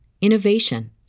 innovation